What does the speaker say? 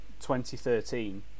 2013